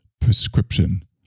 prescription